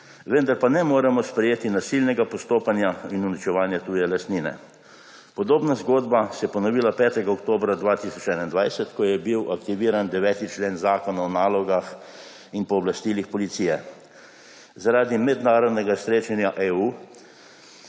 vendar pa ne moremo sprejeti nasilnega postopanja in uničevanja tuje lastnine. Podobna zgodba se je ponovila 5. oktobra 2021, ko je bil aktiviran 9. člen Zakona o nalogah in pooblastilih policije. Zaradi mednarodnega srečanja EU